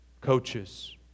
coaches